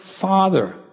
father